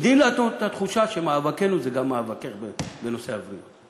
תני לנו את התחושה שמאבקנו זה גם מאבקך בנושא הבריאות.